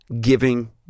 giving